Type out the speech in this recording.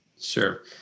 Sure